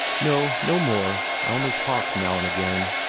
no! no more! i only talk now and again,